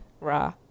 Raw